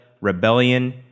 rebellion